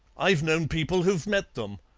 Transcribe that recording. i've known people who've met them.